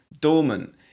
dormant